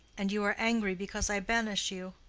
and you are angry because i banish you.